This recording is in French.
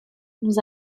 nous